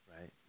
right